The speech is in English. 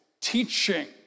teaching